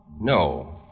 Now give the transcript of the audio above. No